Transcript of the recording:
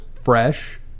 fresh